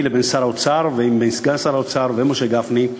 ובין שר האוצר וסגן שר האוצר ומשה גפני,